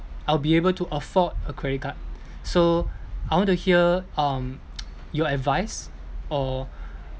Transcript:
I'll be able to afford a credit card so I want to hear um your advice or